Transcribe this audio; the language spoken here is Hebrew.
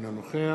אינו נוכח